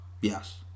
Yes